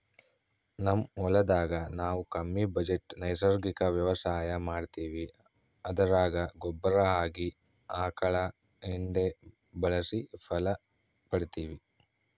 ನಮ್ ಹೊಲದಾಗ ನಾವು ಕಮ್ಮಿ ಬಜೆಟ್ ನೈಸರ್ಗಿಕ ವ್ಯವಸಾಯ ಮಾಡ್ತೀವಿ ಅದರಾಗ ಗೊಬ್ಬರ ಆಗಿ ಆಕಳ ಎಂಡೆ ಬಳಸಿ ಫಲ ಪಡಿತಿವಿ